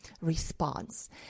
response